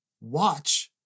Watch